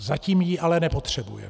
Zatím ji ale nepotřebujeme.